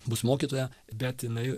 bus mokytoja bet jinai